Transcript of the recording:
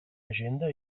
agenda